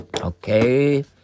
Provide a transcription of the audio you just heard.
Okay